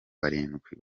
barindwi